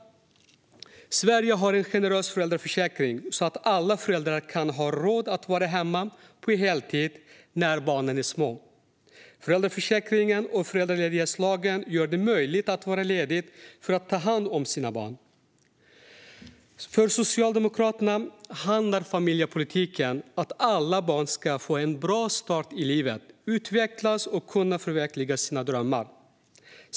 Sverige har en generös föräldraförsäkring så att alla föräldrar kan ha råd att vara hemma på heltid när barnen är små. Föräldraförsäkringen och föräldraledighetslagen gör det möjligt att vara ledig för att ta hand om sina barn. För Socialdemokraterna handlar familjepolitiken om att alla barn ska få en bra start i livet, utvecklas och kunna förverkliga sina drömmar.